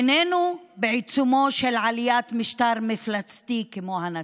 איננו בעיצומו של עליית משטר מפלצתי כמו הנאציזם.